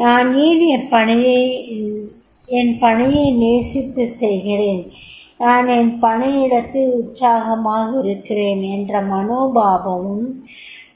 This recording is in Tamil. நான் என் பணியை நேசித்து செய்கிறேன் நான் என் பணியிடத்தில் உற்சாகமாக இருக்கிறேன் என்ற மனோபாவமும்